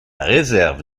réserve